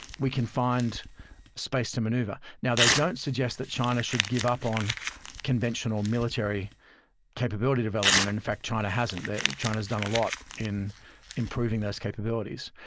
we can find space to maneuver. now, they don't suggest that china should give up on conventional military capability development. in fact, china hasn't, china's done a lot in improving those capabilities,